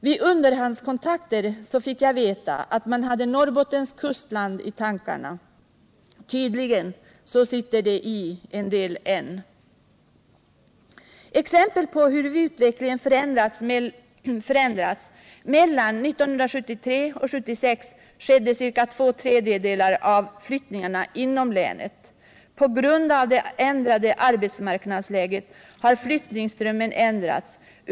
Vid underhandskontakter fick jag veta att man hade Norrbottens kustland Nr 50 i tankarna, och tydligen sitter en del i än. Som exempel på hur utvecklingen förändrats kan nämnas att mellan 1973 och 1976 skedde ca två tredjedelar av flyttningarna inom länet. På grund av det ändrade ar= betsmarknadsläget har flyttningsströmmarna ändrats.